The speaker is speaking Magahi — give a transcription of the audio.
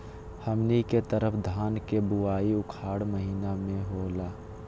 हमनी के तरफ धान के बुवाई उखाड़ महीना में होला